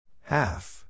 Half